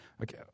Okay